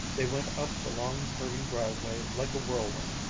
they went up the long, curving driveway like a whirlwind,